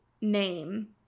name